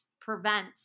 prevent